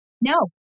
no